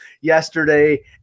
yesterday